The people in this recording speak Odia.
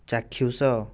ଚାକ୍ଷୁଷ